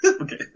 Okay